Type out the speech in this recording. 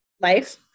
life